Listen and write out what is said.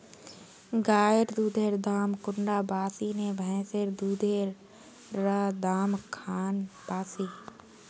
गायेर दुधेर दाम कुंडा बासी ने भैंसेर दुधेर र दाम खान बासी?